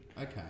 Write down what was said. Okay